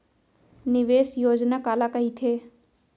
निवेश योजना काला कहिथे?